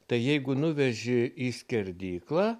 tai jeigu nuveži į skerdyklą